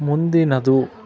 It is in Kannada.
ಮುಂದಿನದು